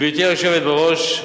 גברתי היושבת בראש,